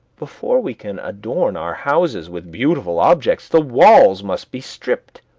before we can adorn our houses with beautiful objects the walls must be stripped,